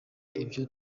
ibyo